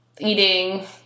eating